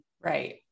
right